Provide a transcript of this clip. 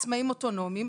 מה הסכומים?